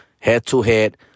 head-to-head